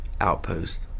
outpost